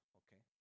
okay